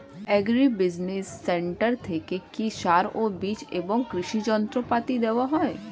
Agri business centre থেকে কি সার ও বিজ এবং কৃষি যন্ত্র পাতি দেওয়া হয়?